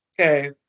Okay